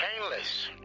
Painless